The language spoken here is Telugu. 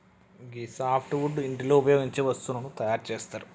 గీ సాప్ట్ వుడ్ ఇంటిలో ఉపయోగించే వస్తువులను తయారు చేస్తరు